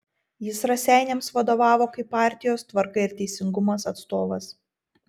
jis raseiniams vadovavo kaip partijos tvarka ir teisingumas atstovas